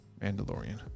Mandalorian